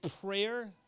prayer